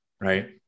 Right